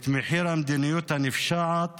את מחיר המדיניות הנפשעת